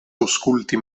aŭskulti